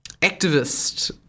activist